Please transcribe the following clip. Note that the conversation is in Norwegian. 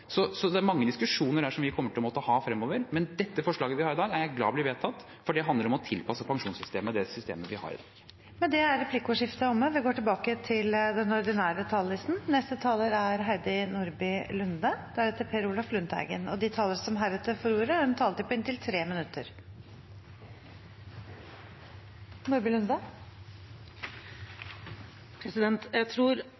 Det er mange diskusjoner her som vi kommer til å måtte ha fremover, men dette forslaget vi har i dag, er jeg glad blir vedtatt, for det handler om å tilpasse pensjonssystemet det systemet vi har i dag. Replikkordordskiftet er omme. De talere som heretter får ordet, har en taletid på inntil 3 minutter. Jeg tror alle er enige om at de som mister sin forsørger, mister sin partner, står i en